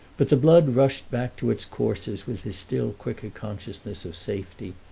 but the blood rushed back to its courses with his still quicker consciousness of safety,